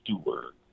Stewart